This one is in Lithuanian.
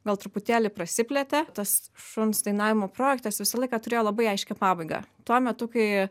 gal truputėlį prasiplėtė tas šuns dainavimo projektas visą laiką turėjo labai aiškią pabaigą tuo metu kai